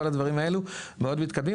כל הדברים האלה מאוד מתקדמים.